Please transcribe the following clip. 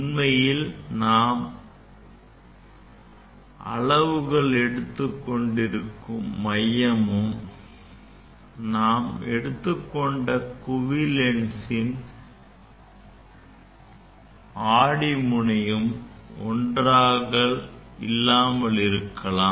உண்மையில் நாம் அளவுகள் எடுத்து கொண்டிருக்கும் மையமும் நாம் எடுத்துக் கொண்ட லென்ஸின் ஆடி முனையும் ஒன்றாக இல்லாமலிருக்கலாம்